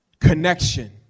connection